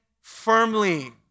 firmly